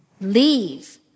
leave